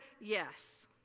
yes